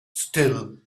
still